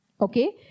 okay